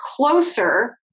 closer